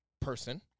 person